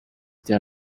their